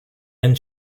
and